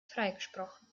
freigesprochen